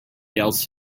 else